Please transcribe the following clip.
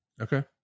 Okay